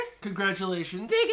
Congratulations